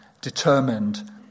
determined